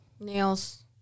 Nails